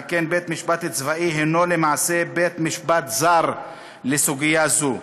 על כן בית-משפט צבאי הנו למעשה בית-משפט זר לסוגיה זו".